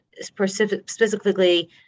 specifically